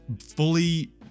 fully